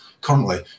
currently